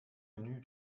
menü